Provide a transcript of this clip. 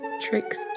tricks